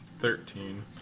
Thirteen